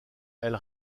elle